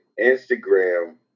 Instagram